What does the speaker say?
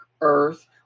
Earth